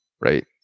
right